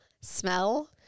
smell